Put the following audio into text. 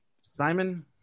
Simon